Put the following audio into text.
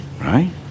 right